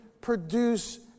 produce